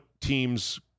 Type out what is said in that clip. teams